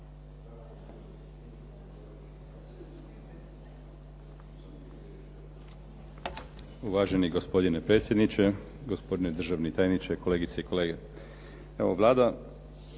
Uvaženi gospodine predsjedniče, gospodine državni tajniče, kolegice i kolege. Evo Vlada